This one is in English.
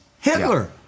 Hitler